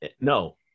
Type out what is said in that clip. no